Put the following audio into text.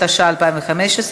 התשע"ה 2015,